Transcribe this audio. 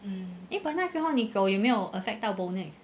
eh but 那时候你走有没有 affect 到 bonus